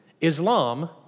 Islam